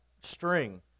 string